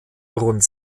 rund